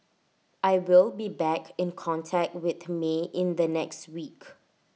I will be back in contact with may in the next week